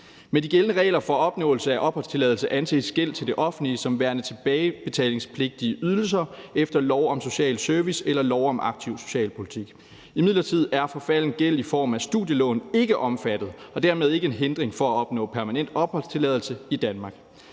Med de gældende regler for opnåelse af opholdstilladelse anses gæld til det offentlige som værende tilbagebetalingspligtige ydelser efter lov om social service eller lov om aktiv socialpolitik. Imidlertid er forfalden gæld i form af studielån ikke omfattet og dermed ikke en hindring for at opnå permanent opholdstilladelse i Danmark.